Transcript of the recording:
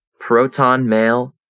protonmail